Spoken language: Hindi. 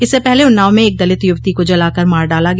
इससे पहले उन्नाव में एक दलित युवती को जलाकर मार डाला गया